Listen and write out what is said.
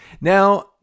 Now